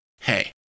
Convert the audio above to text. Hey